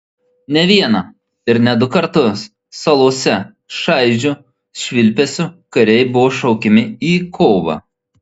ne vieną ir ne du kartus salose šaižiu švilpesiu kariai buvo šaukiami į kovą